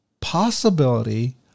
possibility